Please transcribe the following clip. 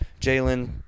Jalen